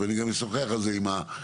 וגם אשוחח על זה עם השר